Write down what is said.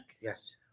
Yes